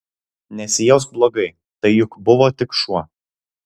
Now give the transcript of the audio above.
nesijausk blogai tai juk buvo tik šuo